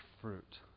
fruit